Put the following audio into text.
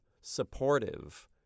supportive